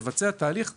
לבצע תהליך הסדרה.